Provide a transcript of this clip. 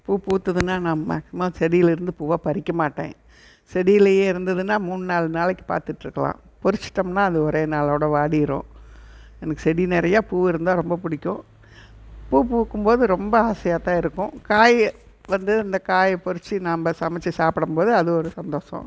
பூ பூத்துதுன்னால் நான் மேக்சிமம் செடியிலேருந்து பூவை பறிக்க மாட்டேன் செடியிலேயே இருந்துதுன்னால் மூணு நாலு நாளைக்கு பார்த்துட்ருக்கலாம் பறிச்சுட்டோம்ன்னா அது ஒரே நாளோடு வாடிடும் எனக்கு செடி நிறையா பூ இருந்தா ரொம்ப பிடிக்கும் பூ பூக்கும்போது ரொம்ப ஆசையாகத்தான் இருக்கும் காய் வந்து அந்த காயை பறித்து நம்ம சமைத்து சாப்பிடும்போது அது ஒரு சந்தோஷம்